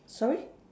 sorry